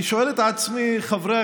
אני שואל את עצמי, חברי